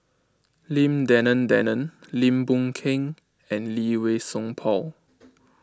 Lim Denan Denon Lim Boon Keng and Lee Wei Song Paul